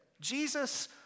Jesus